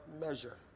measure